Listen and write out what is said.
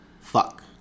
fuck